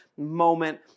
moment